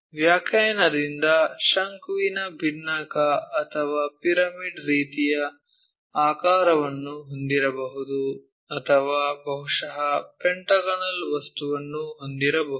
ವ್ಯಾಖ್ಯಾನದಿಂದ ಶಂಕುವಿನ ಬಿನ್ನಕ ಅಥವಾ ಪಿರಮಿಡ್ ರೀತಿಯ ಆಕಾರವನ್ನು ಹೊಂದಿರಬಹುದು ಅಥವಾ ಬಹುಶಃ ಪೆಂಟಾಗೋನಲ್ ವಸ್ತುವನ್ನು ಹೊಂದಿರಬಹುದು